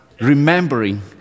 remembering